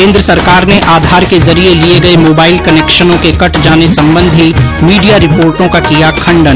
केन्द्र सरकार ने आधार के जरिये लिये गये मोबाईल कनेक्शनों के कट जाने संबंधी मीडिया रिपोर्टो का किया खंडन